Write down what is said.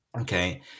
Okay